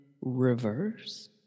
reverse